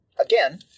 again